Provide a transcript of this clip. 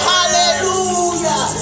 Hallelujah